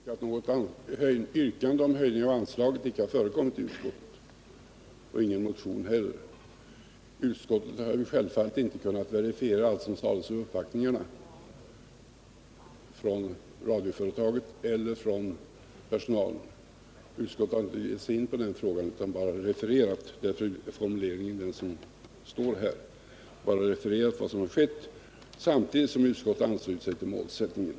Herr talman! Jag vill bara än en gång påpeka att det i utskottet inte har framställts något yrkande om en höjning av anslaget, och inte heller har det förelegat någon motion. Utskottet har naturligtvis inte kunnat verifiera allt det som vid uppvaktningarna sades från radioföretagets och personalens sida. Utskottet har inte gett sig in på den frågan utan bara refererat, och därför har formuleringen blivit just den som finns i betänkandet. Utskottet har refererat vad som har skett samtidigt som det har anslutit sig till målsättningen.